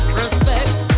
respect